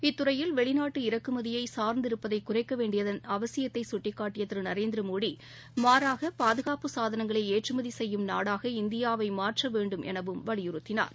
இத்துறையில் வெளிநாட்டு இறக்குமதியை சார்ந்திருப்பதை குறைக்க வேண்டியதன் அவசியத்தை கட்டிக்காட்டிய திரு நரேந்திர மோடி மாறாக பாதுகாப்பு சாதனங்களை ஏற்றமதி செய்யும் நாடாக இந்தியாவை மாற்ற வேண்டும் எனவும் வலியுறுத்தினார்